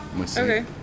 Okay